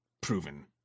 proven